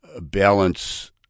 balance